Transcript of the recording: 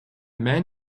man